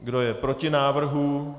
Kdo je proti návrhu?